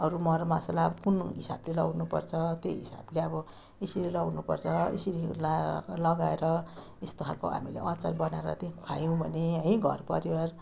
अरू मरमसाला कुन हिसाबले लगाउनुपर्छ त्यही हिसाबले अब यसरी लगाउनुपर्छ यसरी ला लगाएर यस्तो खालको हामीले अचार बनाएर चाहिँ खुवायौँ भने है घर परिवार